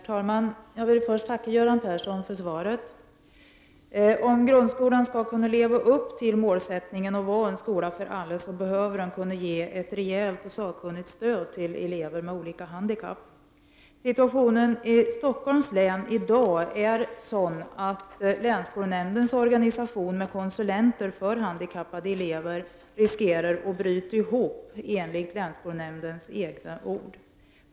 Herr talman! Jag vill först tacka Göran Persson för svaret. Om grundskolan skall kunna leva upp till målsättningen att vara en skola för alla behöver den kunna ge ett rejält och sakunnigt stöd till elever med olika handikapp. Situationen i Stockholms län i dag är sådan att länskolnämdens organisation med konsulter för handikappade elever riskerar att bryta ihop, enligt länsskolnämndens egna ord.